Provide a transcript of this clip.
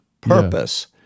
purpose